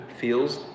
feels